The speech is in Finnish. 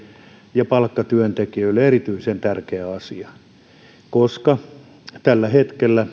ja palkkatyöntekijöille erityisen tärkeä asia koska tällä hetkellä